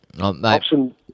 Option